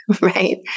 right